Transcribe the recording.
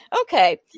Okay